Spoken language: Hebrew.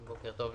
בקר טוב לכולם.